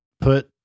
put